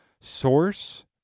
source